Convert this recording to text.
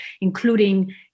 including